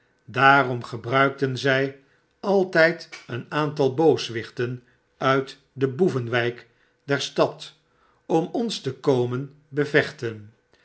daarom gebruikten zij altyd een aantal boos wjch ten uit de boevenwyk der stad om ons te komen bevechten